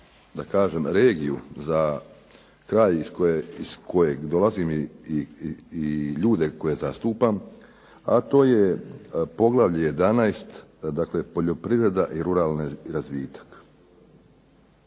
za regiju za kraj iz kojeg dolazim i ljude koje zastupam, a to je poglavlje 11. – Poljoprivreda i ruralni razvitak.